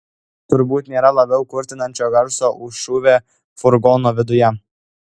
turbūt nėra labiau kurtinančio garso už šūvį furgono viduje